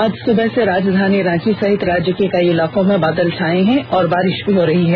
आज सुबह से राजधानी रांची सहित राज्य के कई इलाको में बादल छाये हुये हैं और बारिष भी हो रही है